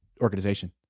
organization